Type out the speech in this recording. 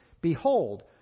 behold